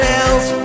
else